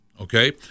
Okay